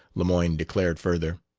lemoyne declared further.